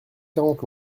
quarante